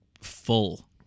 full